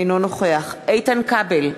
אינו נוכח איתן כבל,